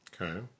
Okay